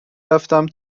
رفتتم